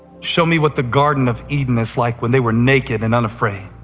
show me what the garden of eden was like when they were naked and unafraid.